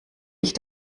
ich